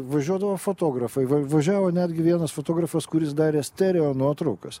važiuodavo fotografai va važiavo netgi vienas fotografas kuris darė stereo nuotraukas